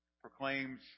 proclaims